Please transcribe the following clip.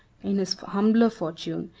in his humbler fortune,